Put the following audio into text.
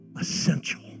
essential